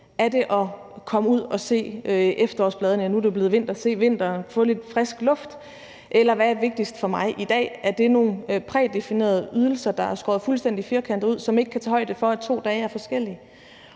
eller at komme ud og se vinteren, nu hvor det jo er blevet vinter, og få lidt frisk luft? Eller hvad er vigtigst for mig i dag? Er det nogle prædefinerede ydelser, der er skåret fuldstændig firkantet ud, og som ikke kan tage højde for, at to dage er forskellige,